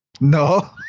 no